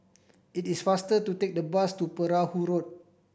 it is faster to take the bus to Perahu Road